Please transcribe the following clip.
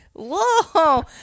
Whoa